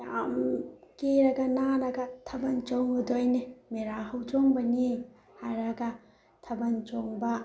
ꯌꯥꯝ ꯀꯦꯔꯥꯒ ꯅꯥꯜꯂꯒ ꯊꯥꯕꯟ ꯆꯣꯡꯉꯨꯗꯣꯏꯅꯦ ꯃꯦꯔꯥ ꯍꯧꯆꯣꯡꯕꯅꯤ ꯍꯥꯏꯔꯒ ꯊꯥꯕꯜ ꯆꯣꯡꯕ